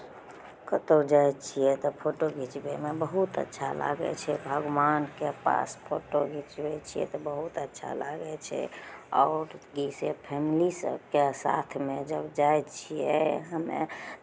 कतहु जाइ छियै तऽ फोटो घिचबैमे बहुत अच्छा लागै छै भगवानके पास फोटो घिचबै छियै तऽ बहुत अच्छा लागै छै आओर जइसे फैमिली सभके साथमे जब जाइ छियै हमे